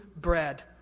bread